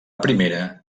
primera